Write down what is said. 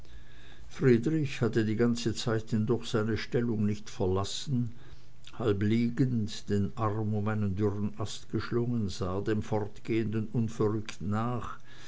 friedrich hatte die ganze zeit hindurch seine stellung nicht verlassen halb liegend den arm um einen dürren ast geschlungen sah er dem fortgehenden unverrückt nach